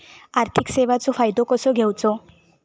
आर्थिक सेवाचो फायदो कसो घेवचो?